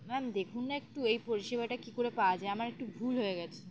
ma'am দেখুন না একটু এই পরিষেবাটা কী করে পাওয়া যায় আমার একটু ভুল হয়ে গেছে